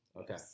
Okay